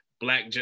black